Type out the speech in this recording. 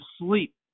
sleep